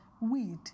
weed